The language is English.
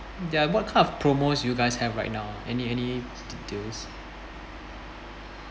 ya what kind of promos do you guys have right now any any details